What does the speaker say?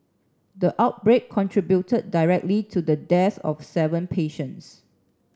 the outbreak contributed directly to the death of seven patients